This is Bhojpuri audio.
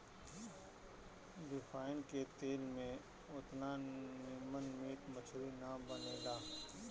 रिफाइन के तेल में ओतना निमन मीट मछरी ना बनेला